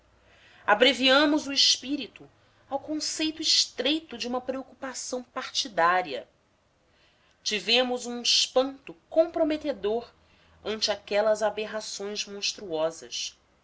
abreviamos o espírito ao conceito estreito de uma preocupação partidária tivemos um espanto comprometedor ante aquelas aberrações monstruosas